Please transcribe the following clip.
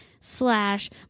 slash